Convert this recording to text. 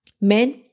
Men